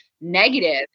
negative